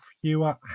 fewer